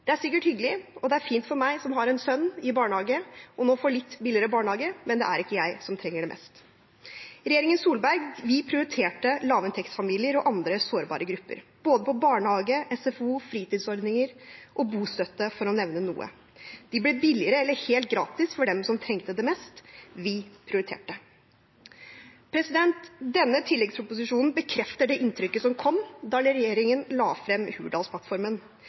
Det er sikkert hyggelig – og det er fint for meg som har en sønn i barnehage – å nå få litt billigere barnehage, men det er ikke jeg som trenger det mest. Vi i Solberg-regjeringen prioriterte lavinntektsfamilier og andre sårbare grupper på både barnehage, SFO, fritidsordninger og bostøtte, for å nevne noe. Det ble billigere eller helt gratis for dem som trengte det mest – vi prioriterte. Denne tilleggsproposisjonen bekrefter det inntrykket vi fikk da regjeringen la frem Hurdalsplattformen.